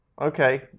Okay